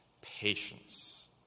patience